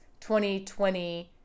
2020